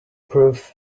prove